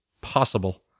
possible